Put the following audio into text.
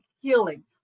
healing